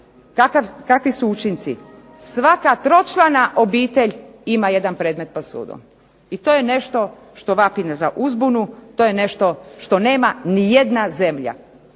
kakvi su učinci, svaka tročlana obitelj ima jedan predmet pred sudom, i to je nešto što vapi za uzbunu, to je nešto što nema ni jedna zemlja.